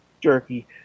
jerky